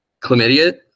Chlamydia